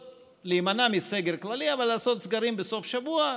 להימנע מסגר כללי, אבל לעשות סגרים בסוף שבוע.